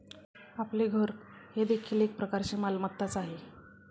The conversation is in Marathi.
आपले घर हे देखील एक प्रकारची मालमत्ताच आहे